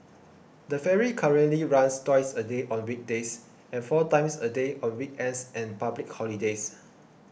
the ferry currently runs twice a day on weekdays and four times a day on weekends and public holidays